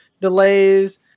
delays